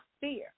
fear